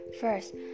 First